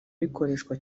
rikoreshwa